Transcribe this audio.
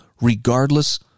regardless